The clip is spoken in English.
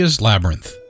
Labyrinth